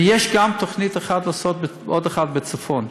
ויש גם תוכנית להקים עוד אחד בצפון.